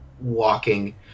walking